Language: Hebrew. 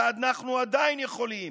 ואנחנו עדיין יכולים.